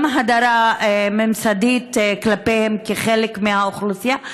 גם הדרה ממסדית כלפיהם כחלק מהאוכלוסייה,